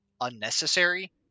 unnecessary